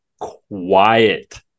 quiet